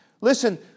Listen